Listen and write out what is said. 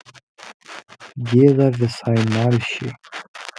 gėda visai nalšiai